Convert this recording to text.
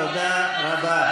תודה רבה.